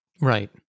right